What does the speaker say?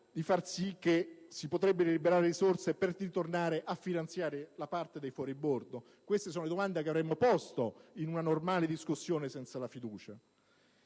si può pensare di poter liberare risorse per ritornare a finanziare la parte dei fuoribordo? Queste sono le domande che avremmo posto in una normale discussione, senza la fiducia.